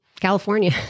California